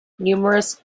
numerous